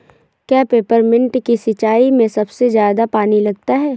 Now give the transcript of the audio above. क्या पेपरमिंट की सिंचाई में सबसे ज्यादा पानी लगता है?